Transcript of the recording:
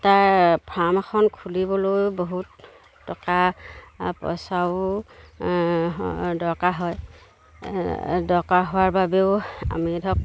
তাৰ ফাৰ্ম এখন খুলিবলৈও বহুত টকা পইচাও দৰকাৰ হয় দৰকাৰ হোৱাৰ বাবেও আমি ধৰক